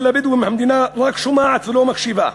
אבל לבדואים המדינה רק שומעת ולא מקשיבה,